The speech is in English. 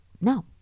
no